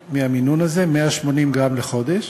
פי-חמישה מהמינון הזה, 180 גרם לחודש.